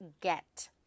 get